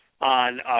on